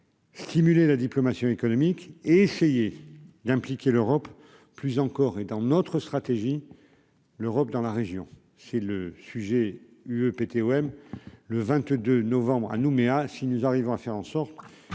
Stimuler la diplomatie économique essayer d'impliquer l'Europe, plus encore, et dans notre stratégie, l'Europe dans la région, chez le sujet UE péter OM le 22 novembre à Nouméa, si nous arrivons à faire en sorte